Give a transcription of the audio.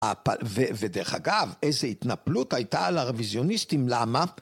ודרך אגב, איזה התנפלות הייתה על הרוויזיוניסטים, למה?